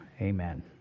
Amen